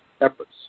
efforts